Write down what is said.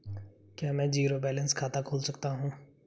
क्या मैं zero balance खाता खोल सकता हूँ?